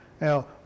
Now